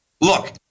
look